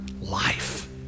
life